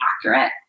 accurate